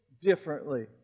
differently